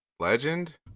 Legend